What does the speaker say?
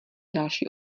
další